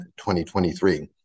2023